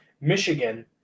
Michigan –